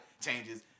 changes